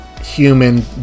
human